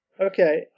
okay